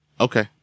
Okay